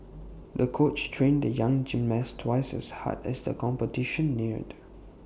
the coach trained the young gymnast twice as hard as the competition neared